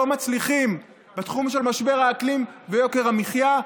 מצליחים בתחום של משבר האקלים ויוקר המחיה?